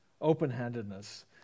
open-handedness